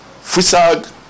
FUSAG